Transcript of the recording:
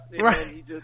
Right